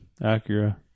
acura